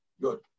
Good